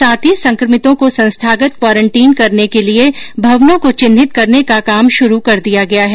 साथ ही संक्रमितों को संस्थागत क्वारेंटीन करने के लिए भवनों को चिन्हित करने का काम शुरू कर दिया गया है